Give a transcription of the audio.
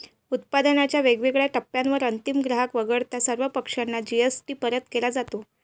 उत्पादनाच्या वेगवेगळ्या टप्प्यांवर अंतिम ग्राहक वगळता सर्व पक्षांना जी.एस.टी परत केला जातो